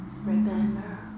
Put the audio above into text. Remember